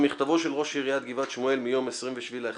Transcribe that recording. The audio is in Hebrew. במכתבו של ראש עיריית גבעת שמואל מיום 27.11.2018,